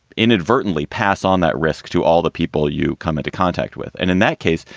inadvertently pass on that risk to all the people you come into contact with. and in that case,